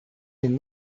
den